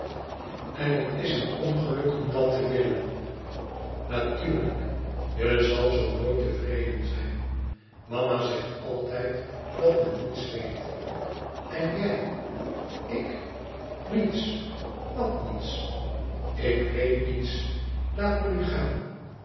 en het is een ongeluk om dat te willen natuurlijk je zal zoo nooit tevreden zijn mama zegt altijd dat men niets weet en jij ik niets wat niets ik weet niets laat me nu gaan